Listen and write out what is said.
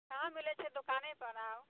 कहाँ मिलै छै दोकानेपर आउ